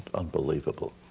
unbelievable.